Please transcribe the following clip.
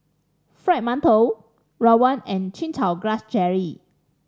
Fried Mantou rawon and Chin Chow Grass Jelly